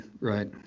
Right